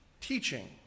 teaching